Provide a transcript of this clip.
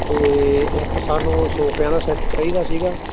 ਅਤੇ ਇੱਕ ਸਾਨੂੰ ਸੋਫਿਆਂ ਦਾ ਸੈੱਟ ਚਾਹੀਦਾ ਸੀਗਾ